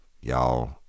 y'all